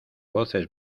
voces